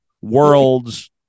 worlds